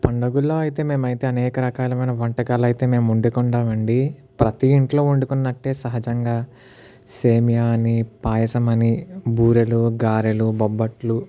పండగల్లో అయితే మేమైతే అనేక రకాలైన వంటకాలు అయితే మేము వండుకుంటాము అండి ప్రతీ ఇంట్లో వండుకున్నట్టే సహజంగా సేమియా అని పాయసం అని బూరెలు గారెలు బొబ్బట్లు